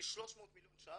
בכ-300 מיליון ₪.